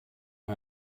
mir